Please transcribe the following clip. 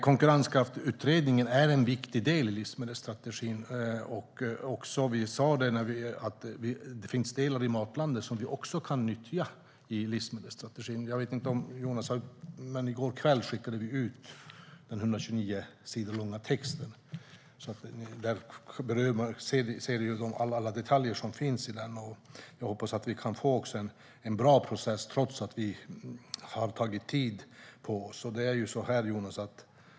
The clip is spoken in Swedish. Konkurrenskraftutredningen är en viktig del i livsmedelsstrategin. Det finns delar i Matlandet Sverige som vi också kan nyttja i livsmedelsstrategin. I går kväll skickade vi ut en 129 sidor lång text, och där framgår alla detaljer. Jag hoppas också att vi kan få en bra process, trots att vi har tagit tid på oss.